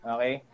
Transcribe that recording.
Okay